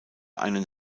einen